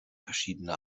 verschiedene